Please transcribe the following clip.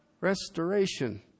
Restoration